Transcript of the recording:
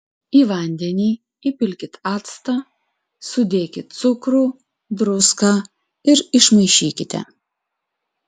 į vandenį įpilkit actą sudėkit cukrų ir druską ir išmaišykite